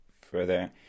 further